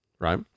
Right